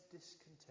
discontent